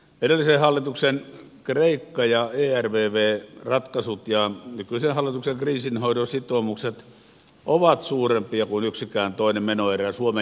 edellisen hallituksen kreikka ja ervv ratkaisut ja nykyisen hallituksen kriisinhoidon sitoumukset ovat suurempia kuin yksikään toinen menoerä suomen historiassa